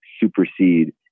supersede